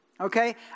Okay